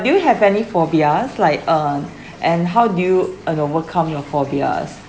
do you have any phobias like uh and how do you uh overcome your phobias